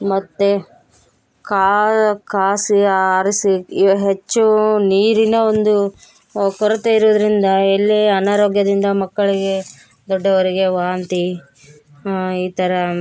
ಮತ್ತು ಕಾಯಿಸಿ ಆರಿಸಿ ಯ ಹೆಚ್ಚೂ ನೀರಿನ ಒಂದು ಕೊರತೆ ಇರೋದ್ರಿಂದ ಎಲ್ಲಿ ಅನಾರೋಗ್ಯದಿಂದ ಮಕ್ಕಳಿಗೆ ದೊಡ್ಡವರಿಗೆ ವಾಂತಿ ಈ ಥರ